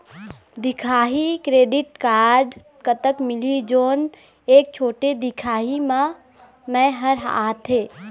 दिखाही credit card कतक मिलही जोन एक छोटे दिखाही म मैं हर आथे?